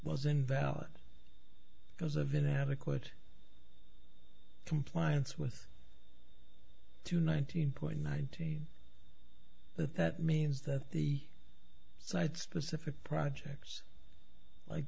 was invalid because of inadequate compliance with two nineteen point nineteen that that means that the site specific projects like